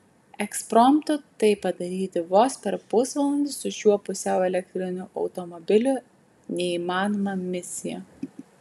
ekspromtu tai padaryti vos per pusvalandį su šiuo pusiau elektriniu automobiliu neįmanoma misija